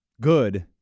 good